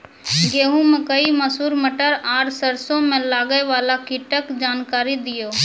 गेहूँ, मकई, मसूर, मटर आर सरसों मे लागै वाला कीटक जानकरी दियो?